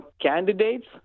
candidates